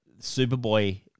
Superboy